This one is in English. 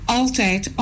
altijd